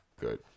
Good